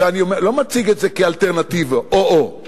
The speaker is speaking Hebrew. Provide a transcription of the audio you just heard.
אני לא מציג את זה כאלטרנטיבה, או-או,